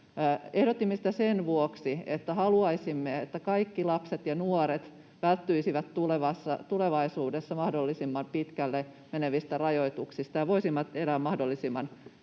Ehdotimme sitä sen vuoksi, että haluaisimme, että kaikki lapset ja nuoret välttyisivät tulevaisuudessa mahdollisimman pitkälle menevistä rajoituksista ja voisivat elää mahdollisimman